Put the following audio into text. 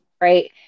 Right